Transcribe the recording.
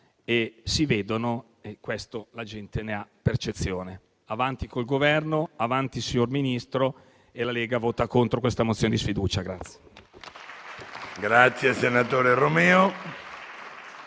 si vedono e di questo la gente ne ha percezione. Avanti con il Governo. Avanti signor Ministro. La Lega vota contro la mozione di sfiducia.